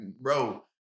bro